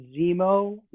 zemo